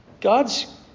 God's